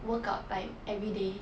workout like everyday